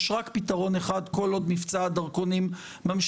יש רק פתרון אחד כל עוד מבצע הדרכונים ממשיך,